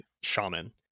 Shaman